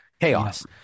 chaos